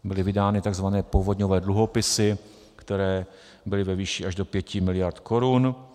Byly vydány tzv. povodňové dluhopisy, které byly ve výši až do 5 mld. korun.